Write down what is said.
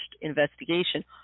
investigation